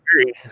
agree